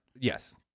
Yes